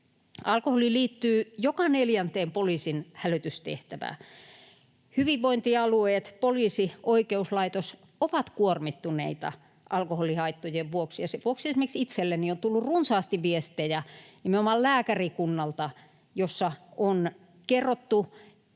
Alkoholi liittyy joka neljänteen poliisin hälytystehtävään. Hyvinvointialueet, poliisi ja oikeuslaitos ovat kuormittuneita alkoholihaittojen vuoksi, ja sen vuoksi esimerkiksi itselleni on tullut nimenomaan lääkärikunnalta runsaasti